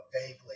vaguely